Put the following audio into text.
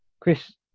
Chris